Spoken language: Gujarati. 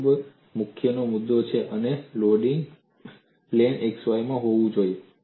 અહીં મુખ્ય મુદ્દો એ છે કે લોડિંગ પ્લેન x y માં હોવું જોઈએ